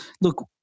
Look